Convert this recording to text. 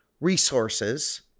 resources